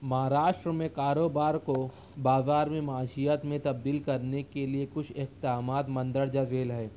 مہاراشٹر میں کاروبار کو بازار معاشیات میں تبدیل کرنے کے لیے کچھ اقدامات مندرجہ ذیل ہے